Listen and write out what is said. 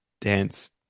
dance